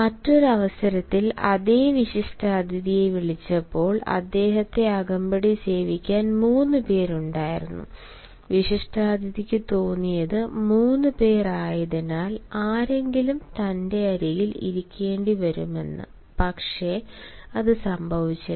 മറ്റൊരു അവസരത്തിൽ അതേ വിശിഷ്ടാതിഥിയെ വിളിച്ചപ്പോൾ അദ്ദേഹത്തെ അകമ്പടി സേവിക്കാൻ മൂന്നു പേരുണ്ടായിരുന്നു വിശിഷ്ടാതിഥിക്ക് തോന്നിയത് മൂന്നുപേർ ആയതിനാൽ ആരെങ്കിലും തന്റെ അരികിൽ ഇരിക്കേണ്ടിവരുമെന്ന് പക്ഷേ അത് സംഭവിച്ചില്ല